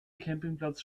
campingplatz